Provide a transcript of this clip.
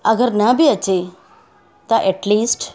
अगरि न बि अचे त एटलीस्ट